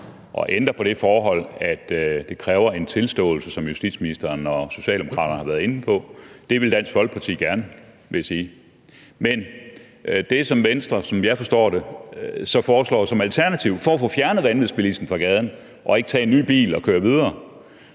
ændre på det forhold, at det kræver en tilståelse, som justitsministeren og Socialdemokraterne har været inde på. Det ville Dansk Folkeparti gerne, vil jeg sige. Men det, som Venstre, som jeg forstår det, så foreslår som alternativ for at få fjernet vanvidsbilisten fra gaden og ikke tage en ny bil og køre videre